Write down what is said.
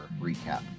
recap